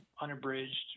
unabridged